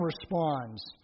responds